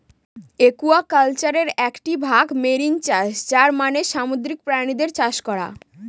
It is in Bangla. একুয়াকালচারের একটি ভাগ মেরিন চাষ যার মানে সামুদ্রিক প্রাণীদের চাষ করা